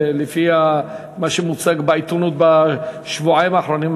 לפי מה שמוצג בעיתונות בשבועיים האחרונים,